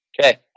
Okay